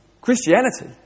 Christianity